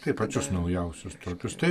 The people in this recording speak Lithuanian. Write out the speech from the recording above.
taip pačius naujausius tokius taip